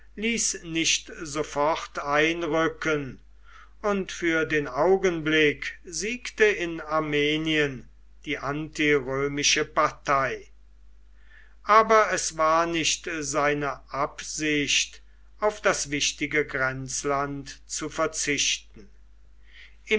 ließ nicht sofort einrücken und für den augenblick siegte in armenien die antirömische partei aber es war nicht seine absicht auf das wichtige grenzland zu verzichten